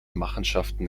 machenschaften